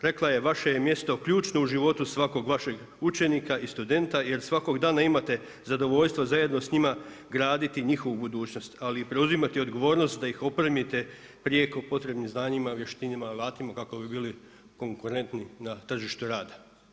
Rekla je, vaše je mjesto ključno u životu svakog vašeg učenika i studenta jer svakog dana imate zadovoljstvo zajedno sa njima graditi njihovu budućnost ali i preuzimati odgovornost da ih opremite prijeko potrebnim znanjima, vještinama, alatima kako bi bili konkurentni na tržištu rada.